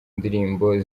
ndirimbo